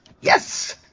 Yes